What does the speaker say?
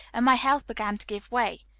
and my health began to give way.